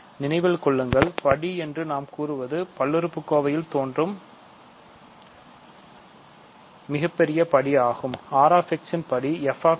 நினைவில் கொள்ளுங்கள் படி என்று கூறுவது பல்லுறுப்புக்கோவையில் தோன்றும் மிகப்பெரிய படி ஆகும்